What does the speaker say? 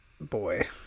Boy